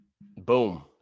Boom